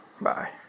Bye